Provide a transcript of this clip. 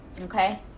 Okay